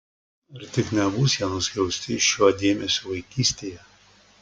ar tik nebus jie nuskriausti šiuo dėmesiu vaikystėje